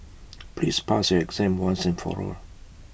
please pass your exam once and for all